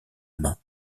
main